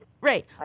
Right